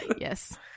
Yes